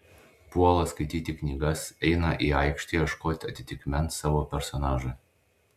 puola skaityti knygas eina į aikštę ieškot atitikmens savo personažui